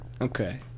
Okay